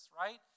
right